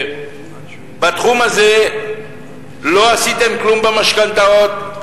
לא עשיתם כלום בתחום המשכנתאות,